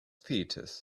theatres